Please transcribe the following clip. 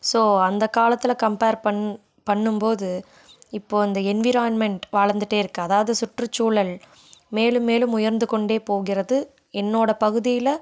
so அந்த காலத்தில் compare பண் பண்ணும்போது இப்போது இந்த என்விராயின்மெண்ட் வளர்ந்துட்டே இருக்குது அதாவது சுற்றுச்சூழல் மேலும் மேலும் உயர்ந்து கொண்டே போகிறது என்னோடய பகுதியில்